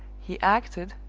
he acted,